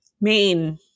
main